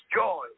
joy